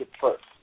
first